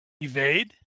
Evade